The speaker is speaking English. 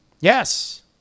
Yes